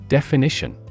Definition